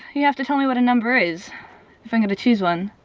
you have to tell me what a number is if i'm going to choose one.